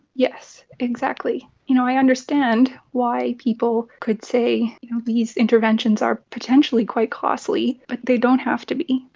yes, exactly. you know, i understand why people could say these interventions are potentially quite costly, but they don't have to be.